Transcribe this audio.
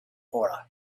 aura